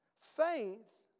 faith